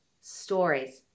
stories